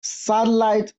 sidelights